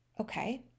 Okay